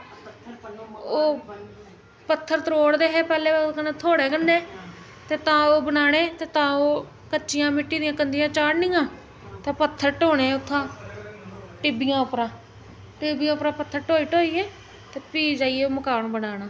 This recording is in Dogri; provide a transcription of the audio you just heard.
ओह् पत्थर तरोड़दे हे पैह्लें ओह्दे कन्नै थोड़े कन्नै ते तां ओह् बनाने ते तां ओह् कच्चियां मित्ती दियां कंधियां चाढ़नियां ते पत्थर ढोने उत्थुआं टि'ब्बियां उप्परा ते टि'ब्बियां उप्परा पत्थर ढोई ढोइयै ते फ्ही जाइयै ओह् मकान बनाना